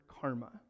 karma